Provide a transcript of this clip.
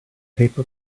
paper